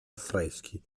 affreschi